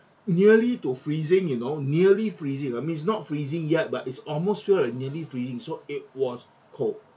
nearly to freezing you know nearly freezing I mean is not freezing yet but it's almost feel like nearly freezing so it was cold